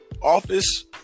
office